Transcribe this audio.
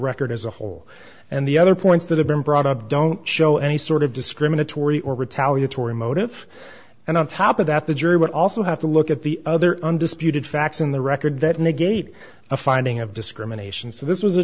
record as a whole and the other points that have been brought up don't show any sort of discriminatory or retaliatory motive and on top of that the jury would also have to look at the other undisputed facts in the record that negate a finding of discrimination so this was a